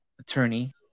Attorney